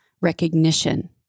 recognition